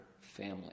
family